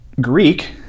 Greek